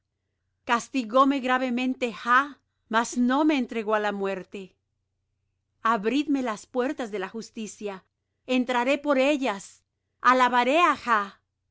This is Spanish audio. jah castigóme gravemente jah mas no me entregó á la muerte abridme las puertas de la justicia entraré por ellas alabaré á